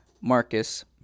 Marcus